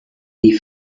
die